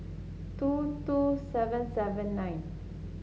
two two seven seven nine